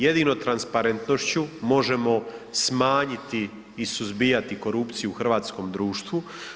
Jedino transparentnošću možemo smanjiti i suzbijati korupciju u hrvatskom društvu.